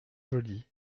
joli